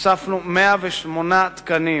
הוספנו 108 תקנים,